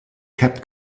kept